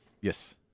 Yes